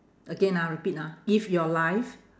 again ah repeat ah if your life